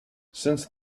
since